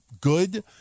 good